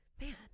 Man